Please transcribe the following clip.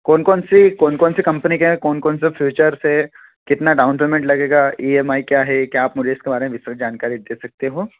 कौन कौन से कौन कौन सी कम्पनी के हैं कौन कौन से फ्यूचर्स है कितना डाउन पेमेंट लगेगा इ एम आई क्या है क्या आप मुझे इसके बारे में ये सब जानकारी दे सकते हो